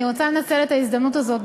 אני רוצה לנצל את ההזדמנות הזאת,